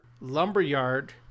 Lumberyard